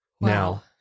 Now